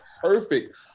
perfect